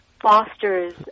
fosters